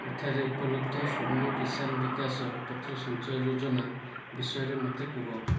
ଏଠାରେ ଉପଲବ୍ଧ ସ୍ଵର୍ଣ୍ଣ କିଷାନ ବିକାଶ ପତ୍ର ସଞ୍ଚୟ ଯୋଜନା ବିଷୟରେ ମୋତେ କୁହ